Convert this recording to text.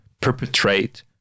perpetrate